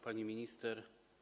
Pani Minister!